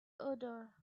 odor